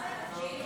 מאי